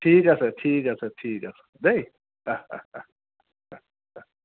ঠিক আছে ঠিক আছে ঠিক আছে দেই